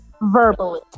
Verbally